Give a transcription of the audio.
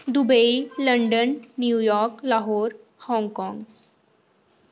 Dubai London New York Lahore Hong Kong